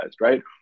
right